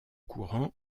courants